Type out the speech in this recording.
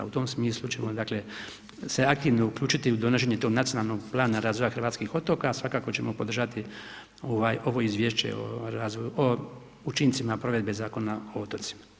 U tom smislu ćemo dakle se aktivno uključiti u donošenje tog Nacionalnog plana razvoja hrvatskih otoka, svakako ćemo podržati ovo Izvješće o učincima provedbe Zakona o otocima.